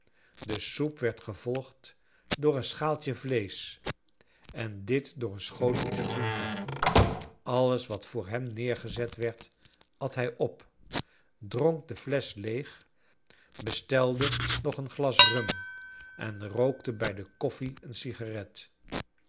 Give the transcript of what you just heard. de soep werd gevolgd door een schaaltje vleesch en dit door een schoteltje groente alles wat voor hem neergezet werd at hij op dronk de flesch leeg bestelde nog een glas rum en rookte bij de koffie een sigaret